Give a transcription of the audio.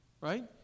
right